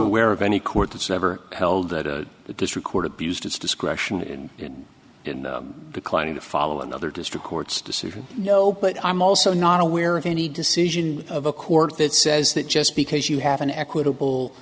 aware of any court that's ever held that that this record abused its discretion and in the declining to follow another district court's decision no but i'm also not aware of any decision of a court that says that just because you have an equitable